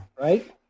right